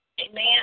Amen